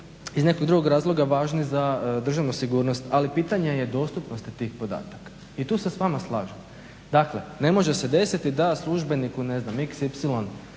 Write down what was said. iz nekog drugog razloga važne za državnu sigurnost, ali pitanje je dostupnosti tih podataka i tu se s vama slažem. Dakle, ne može se desiti da službeniku xy